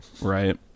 right